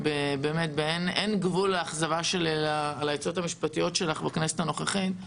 באמת אין גבול לאכזבה שלי על העצות המשפטיות שלך בכנסת הנוכחית.